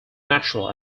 natural